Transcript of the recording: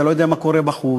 אתה לא יודע מה קורה בחוץ.